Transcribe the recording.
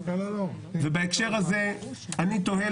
בהקשר הזה אני תוהה,